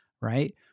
right